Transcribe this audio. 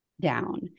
down